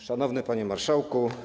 Szanowny Panie Marszałku!